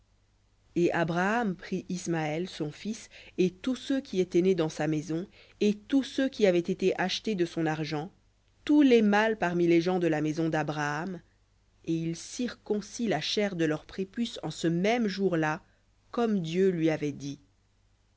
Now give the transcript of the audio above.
et abraham prit ismaël son fils et tous ceux qui étaient nés dans sa maison et tous ceux qui avaient été achetés de son argent tous les mâles parmi les gens de la maison d'abraham et il circoncit la chair de leur prépuce en ce même jour-là comme dieu lui avait dit